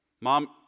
Mom